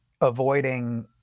avoiding